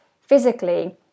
physically